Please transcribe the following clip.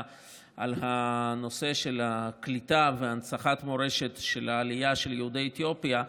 על הנושא של הקליטה והנצחת מורשת העלייה של יהודי אתיופיה,